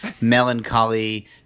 melancholy